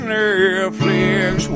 Netflix